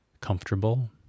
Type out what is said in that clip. comfortable